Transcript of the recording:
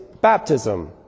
baptism